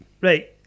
Right